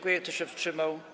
Kto się wstrzymał?